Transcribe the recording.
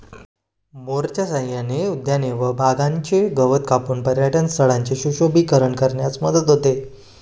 मोअरच्या सहाय्याने उद्याने व बागांचे गवत कापून पर्यटनस्थळांचे सुशोभीकरण करण्यास मदत होते